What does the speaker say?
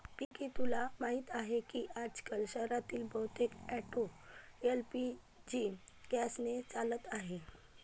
पिंकी तुला माहीत आहे की आजकाल शहरातील बहुतेक ऑटो एल.पी.जी गॅसने चालत आहेत